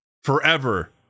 forever